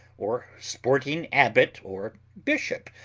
or sporting abbot or bishop,